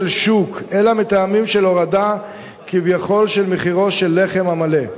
שוק אלא מטעמים של הורדה כביכול ממחירו של הלחם המלא.